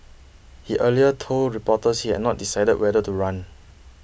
he earlier told reporters he had not decided whether to run